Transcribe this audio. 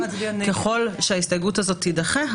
ככל שההסתייגות הזאת תידחה,